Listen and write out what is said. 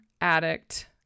addict